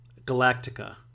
Galactica